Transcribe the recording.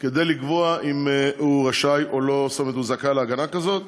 כדי לקבוע אם הוא זכאי להגנה כזו.